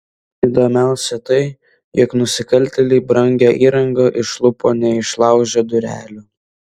įdomiausia tai jog nusikaltėliai brangią įrangą išlupo neišlaužę durelių